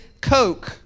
Coke